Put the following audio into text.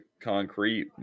concrete